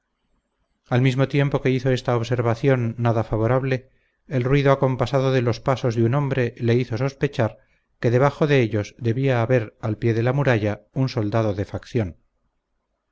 al mismo tiempo que hizo esta observación nada favorable el ruido acompasado de los pasos de un hombre le hizo sospechar que debajo de ellos debía haber al pie de la muralla un soldado de facción